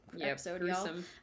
episode